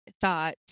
thought